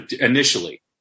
initially